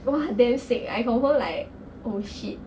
!wah! damn sick I comfirm like oh shit